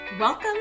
Welcome